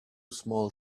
small